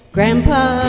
Grandpa